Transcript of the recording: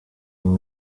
ubu